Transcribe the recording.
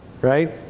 right